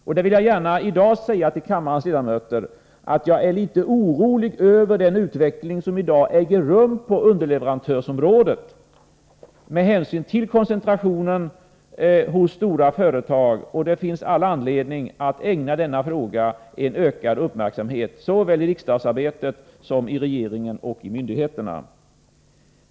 Jag vill gärna säga till kammarens ledamöter att jag är litet orolig över den utveckling som i dag äger rum på underleverantörsområdet med hänsyn till koncentrationen hos stora företag. Det finns all anledning att ägna denna fråga en ökad uppmärksamhet såväl i riksdagen som i regeringen och hos myndigheterna.